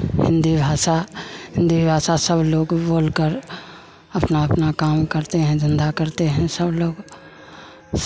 हिन्दी भाषा हिन्दी भाषा सब लोग बोल कर अपना अपना काम करते हैं धंधा करते हैं सब लोग